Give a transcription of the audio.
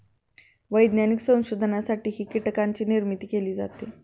वैज्ञानिक संशोधनासाठीही कीटकांची निर्मिती केली जाते